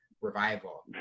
revival